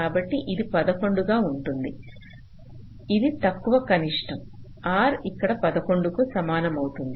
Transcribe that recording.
కాబట్టి ఇది 11 గా ఉంటుంది ఇది తక్కువ కనిష్టంగా R ఇక్కడ 11 కు సమానమవుతుంది